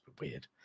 weird